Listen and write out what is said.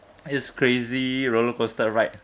this crazy rollercoaster ride